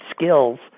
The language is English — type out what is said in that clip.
skills